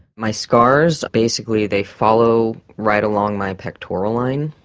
my scars basically they follow right along my pectoral line.